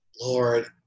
Lord